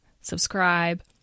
subscribe